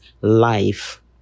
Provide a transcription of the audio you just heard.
life